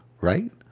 right